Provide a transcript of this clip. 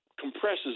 compresses